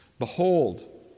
Behold